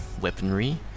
weaponry